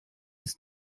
ist